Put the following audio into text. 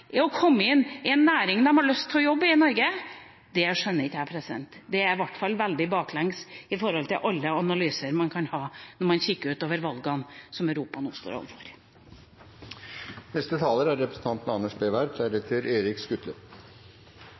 å komme inn i en næring man har lyst til å jobbe i i Norge – det skjønner ikke jeg. Det er i hvert fall veldig bakvendt i forhold til alle analyser man kan ha når man kikker ut over valgene som Europa nå står overfor. Jeg har heller ikke sjekket protokollene fra Stortingets historie, men jeg tror foregående taler